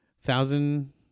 thousand